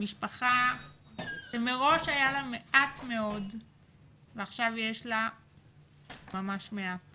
משפחה שמראש היה לה מעט מאוד ועכשיו יש לה ממש מעט